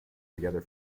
together